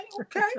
okay